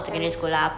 primary sch~